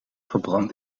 verbrand